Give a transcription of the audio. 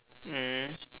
mm